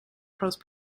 post